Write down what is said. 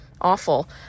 awful